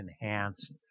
enhanced